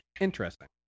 interesting